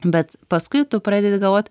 bet paskui tu pradedi galvot